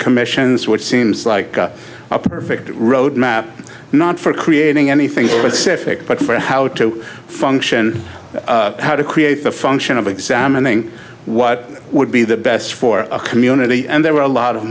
commissions which seems like a perfect roadmap not for creating anything specific but for how to function how to create the function of examining what would be the best for a community and there were a lot of